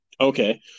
Okay